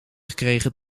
gekregen